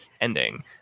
ending